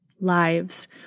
lives